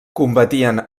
combatien